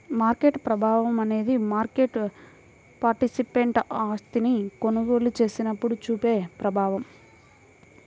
market ప్రభావం అనేది market participant ఆస్తిని కొనుగోలు చేసినప్పుడు చూపే ప్రభావం